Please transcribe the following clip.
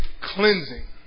cleansing